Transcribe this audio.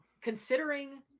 considering